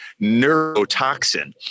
neurotoxin